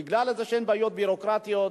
בגלל איזה בעיות ביורוקרטיות,